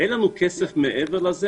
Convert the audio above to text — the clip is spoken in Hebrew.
אין לנו כסף מעבר לזה.